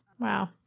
Wow